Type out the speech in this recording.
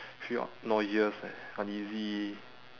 feel up nauseous and uneasy